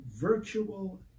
virtual